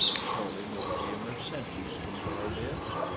surely nobody in their senses can bear this.